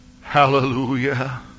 Hallelujah